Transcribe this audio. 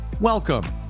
Welcome